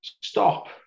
stop